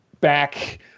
back